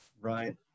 right